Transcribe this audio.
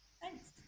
thanks